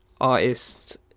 artists